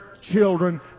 children